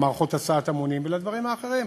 למערכות הסעת המונים ולדברים האחרים.